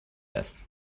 است